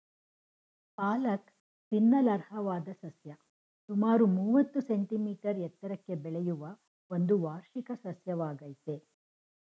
ಪಾಲಕ್ ತಿನ್ನಲರ್ಹವಾದ ಸಸ್ಯ ಸುಮಾರು ಮೂವತ್ತು ಸೆಂಟಿಮೀಟರ್ ಎತ್ತರಕ್ಕೆ ಬೆಳೆಯುವ ಒಂದು ವಾರ್ಷಿಕ ಸಸ್ಯವಾಗಯ್ತೆ